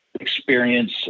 experience